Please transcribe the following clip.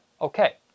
Okay